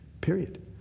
period